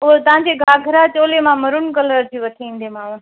उहो तव्हां जी घाघरा चोली मां मरून कलर जी वठी ईंदीमांव